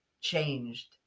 changed